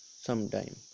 Sometime